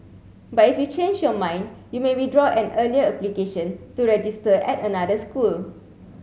but if you change your mind you may withdraw an earlier application to register at another school